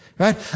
Right